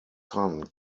son